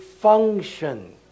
function